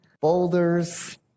boulders